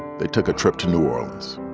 they took a trip to new orleans.